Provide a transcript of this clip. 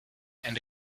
and